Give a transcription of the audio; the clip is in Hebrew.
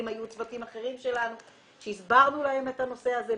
היו צוותים אחרים והסברנו להם את הנושא הזה.